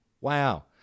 Wow